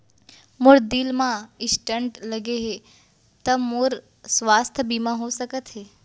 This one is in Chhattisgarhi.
मोर दिल मा स्टन्ट लगे हे ता का मोर स्वास्थ बीमा हो सकत हे?